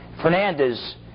Fernandez